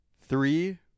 three